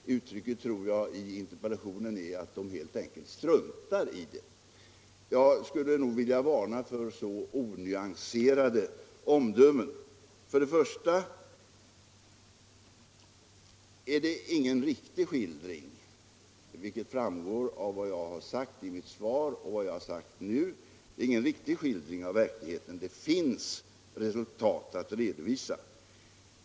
Jag tror att formuleringen i interpellationen är att de helt enkelt struntar i detta. Jag skulle nog vilja varna för så onyanserade omdömen. För det första är det ingen riktig skildring av verkligheten, vilket framgår av vad jag har sagt i mitt svar och vad jag nu sagt. Det finns resultat att redovisa.